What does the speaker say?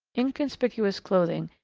inconspicuous clothing,